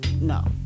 no